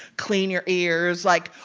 clean your ears, like,